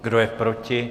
Kdo je proti?